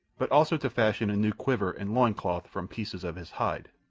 but also to fashion a new quiver and loin-cloth from pieces of his hide.